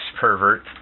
pervert